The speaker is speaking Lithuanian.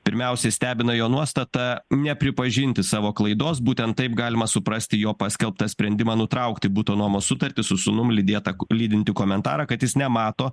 pirmiausiai stebina jo nuostata nepripažinti savo klaidos būtent taip galima suprasti jo paskelbtą sprendimą nutraukti buto nuomos sutartį su sūnum lydėtą lydintį komentarą kad jis nemato